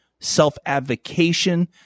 self-advocation